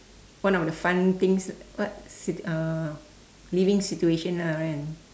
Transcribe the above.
one of the fun things what sit~ uh living situation ah kan